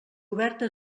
oberta